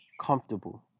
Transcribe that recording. comfortable